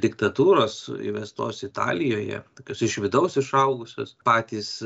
diktatūros įvestos italijoje tokios iš vidaus išaugusios patys